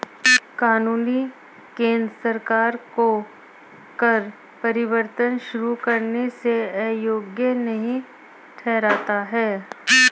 कानून केंद्र सरकार को कर परिवर्तन शुरू करने से अयोग्य नहीं ठहराता है